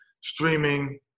streaming